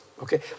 Okay